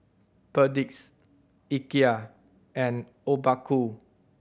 Perdix Ikea and Obaku